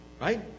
Right